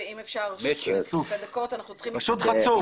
ואם אפשר -- פשוט חצוף.